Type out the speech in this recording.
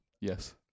Yes